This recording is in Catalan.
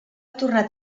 tornat